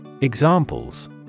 Examples